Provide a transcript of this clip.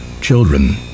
children